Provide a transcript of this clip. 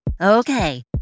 Okay